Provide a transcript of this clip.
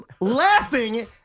laughing